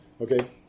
Okay